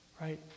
right